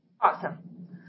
Awesome